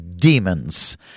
demons